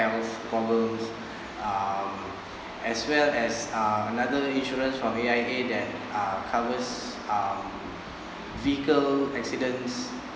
problems um as well as uh another insurance from A_I_A that uh covers um vehicle accidents